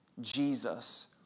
Jesus